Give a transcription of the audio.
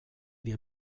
wir